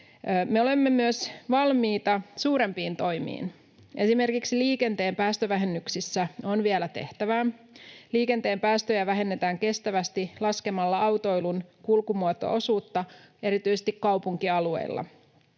olemme myös valmiita suurempiin toimiin. Esimerkiksi liikenteen päästövähennyksissä on vielä tehtävää. Liikenteen päästöjä vähennetään kestävästi laskemalla autoilun kulkumuoto-osuutta erityisesti kaupunkialueilla.